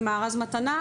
ב-"מארז מתנה",